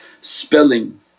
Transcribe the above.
Spelling